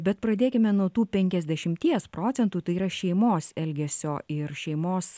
bet pradėkime nuo tų penkiasdešimties procentų tai yra šeimos elgesio ir šeimos